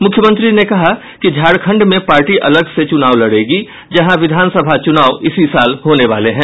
मुख्यमंत्री ने कहा कि झारखण्ड में पार्टी अलग से चुनाव लड़ेगी जहां विधानसभा चुनाव इसी साल होने वाला है